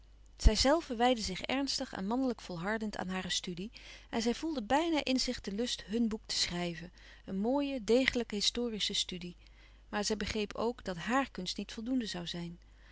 zijzelve wijdde zich ernstig en mannelijk volhardend aan hare studie en zij voelde bijna in zich den lust hun boek te schrijven een mooie degelijke historische studie maar zij begreep ook dat hààr kunst niet voldoende zoû zijn